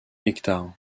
hectares